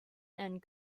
and